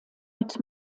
mit